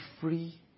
free